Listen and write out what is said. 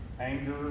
anger